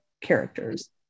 characters